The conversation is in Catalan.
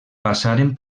passaren